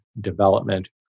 development